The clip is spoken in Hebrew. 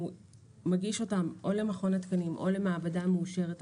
הוא מגיש אותן או למכון התקנים או למעבדה מאושרת אחרת.